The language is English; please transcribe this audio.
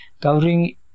covering